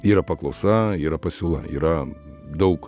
yra paklausa yra pasiūla yra daug